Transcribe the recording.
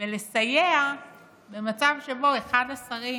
ולסייע למצב שבו אחד השרים